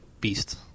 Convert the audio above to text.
beast